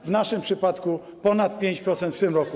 W naszym przypadku - ponad 5% w tym roku.